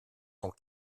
tant